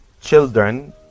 children